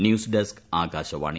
news desk Akashvani